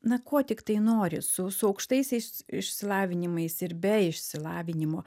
na ko tiktai nori su su aukštaisiais išsilavinimais ir be išsilavinimo